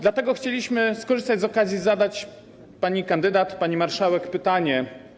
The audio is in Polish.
Dlatego chcieliśmy skorzystać z okazji i zadać pani kandydat, pani marszałek pytanie.